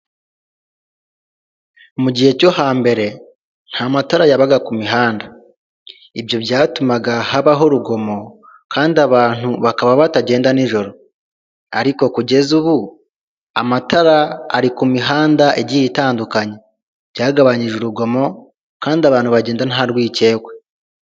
Mu gihe cyo hambere ntamatara yabaga ku mihanda, ibyo byatumaga habaho urugomo kandi abantu bakaba batagenda n'ijoro ariko kugeza ubu amatara ari ku mihanda igiye itandukanye, byagabanyije urugomo kandi abantu bagenda ntarwikekwe.